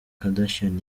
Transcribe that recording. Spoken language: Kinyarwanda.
kardashian